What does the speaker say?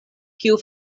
kiu